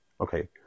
okay